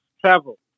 travel